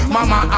Mama